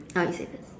no you said